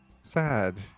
sad